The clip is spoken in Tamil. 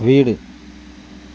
வீடு